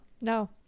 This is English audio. No